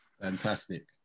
Fantastic